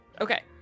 Okay